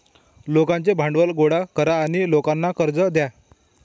लोकांचे भांडवल गोळा करा आणि लोकांना कर्ज द्या